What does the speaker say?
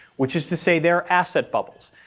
which is to say there are asset bubbles.